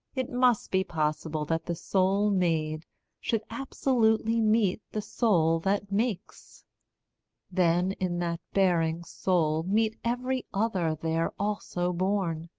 it must be possible that the soul made should absolutely meet the soul that makes then, in that bearing soul, meet every other there also born,